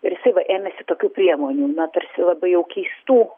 ir jisai va ėmėsi tokių priemonių na tarsi labai jau keistų